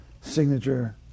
signature